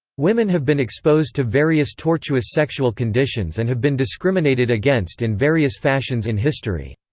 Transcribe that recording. women have been exposed to various tortuous sexual conditions and have been discriminated against in various fashions in history.